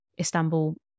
Istanbul